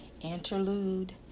interlude